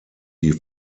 die